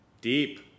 Deep